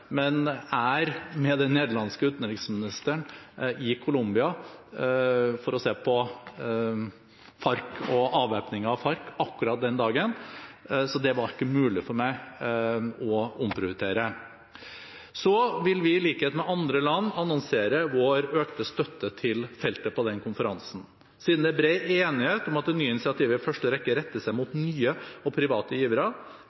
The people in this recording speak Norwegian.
men er med den nederlandske utenriksministeren i Colombia for å se på FARC og avvæpning av FARC akkurat den dagen, så det var ikke mulig for meg å omprioritere. Vi vil, i likhet med andre land, annonsere vår økte støtte til feltet på den konferansen. Siden det er bred enighet om at det nye initiativet i første rekke retter seg